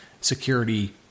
security